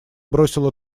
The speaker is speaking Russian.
бросила